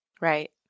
Right